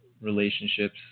relationships